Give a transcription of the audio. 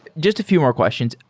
just a few more questions.